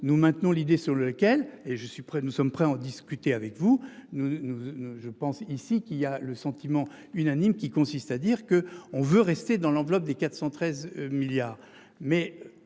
nous maintenons l'idée sur laquelle et je suis prêt, nous sommes prêts à en discuter avec vous, nous nous je pense ici qu'il y a le sentiment unanime qui consiste à dire que on veut rester dans l'enveloppe de 413 milliards